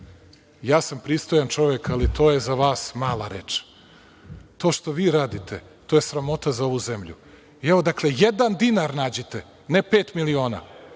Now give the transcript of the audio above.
ja sam pristojan čovek, ali to je za vas mala reč. To što vi radite, to je sramota za ovu zemlju. Dakle, jedan dinar nađite, a ne pet miliona,